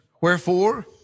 Wherefore